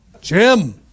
Jim